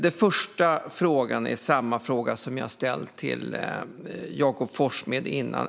Den första frågan är densamma som jag ställde till Jakob Forssmed tidigare.